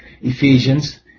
Ephesians